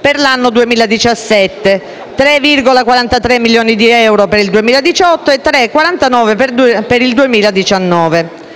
per l'anno 2017, 3,43 milioni di euro per il 2018 e 3,49 per il 2019.